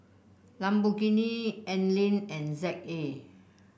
Lamborghini Anlene and Z A